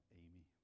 amy